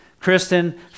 Kristen